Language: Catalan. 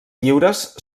lliures